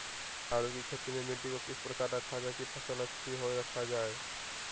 आलू की खेती में मिट्टी को किस प्रकार रखा रखा जाए की फसल अच्छी होई रखा जाए?